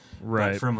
Right